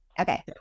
Okay